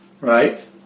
right